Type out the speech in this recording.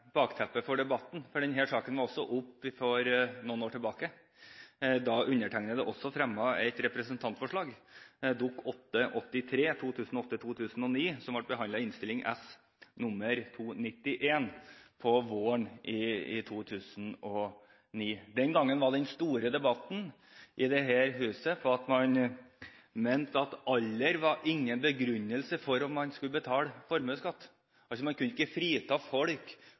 bakteppet for debatten, for denne saken var også oppe for noen år tilbake. Da fremmet også undertegnede et representantforslag, Dokument nr. 8:83 for 2008–2009, som ble behandlet i Innst. S. nr. 291 for 2008–2009, som ble behandlet våren 2009. Den gangen gikk den store debatten i dette huset på at man mente at alder ikke var noen begrunnelse for om man skulle betale formuesskatt. Man kunne altså ikke frita folk